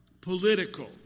political